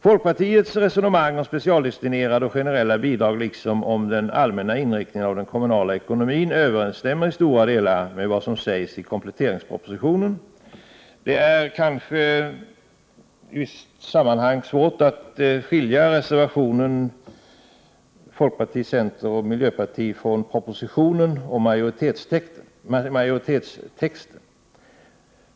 Folkpartiets resonemang om specialdestinerade och generella bidrag liksom om den allmänna inriktningen av den kommunala ekonomin överensstämmer i stora delar med vad som sägs i kompletteringspropositionen. Det är svårt att se vad som skiljer reservationen från folkpartiet, centern och miljöpartiet, från propositionen och majoritetstexten.